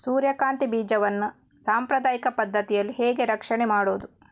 ಸೂರ್ಯಕಾಂತಿ ಬೀಜವನ್ನ ಸಾಂಪ್ರದಾಯಿಕ ಪದ್ಧತಿಯಲ್ಲಿ ಹೇಗೆ ರಕ್ಷಣೆ ಮಾಡುವುದು